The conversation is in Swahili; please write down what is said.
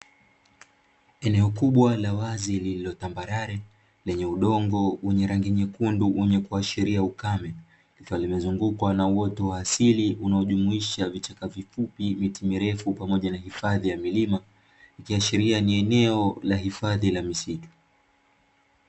Eneo kubwa la wazi lililo tambarare lenye udongo wenye rangi nyekundu wenye kuashiria ukame, likiwa limezungukwa na uoto wa asili unaojumuisha vichaka vifupi, miti mirefu pamoja na hifadhi ya milima ikiashiria ni eneo la hifadhi la misitu.